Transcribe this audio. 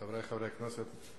חברי חברי הכנסת,